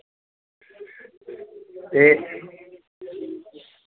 एह्